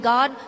God